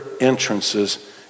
entrances